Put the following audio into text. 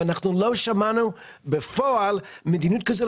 לא שמענו בפועל מדיניות כזאת.